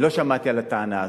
לא שמעתי את הטענה הזאת.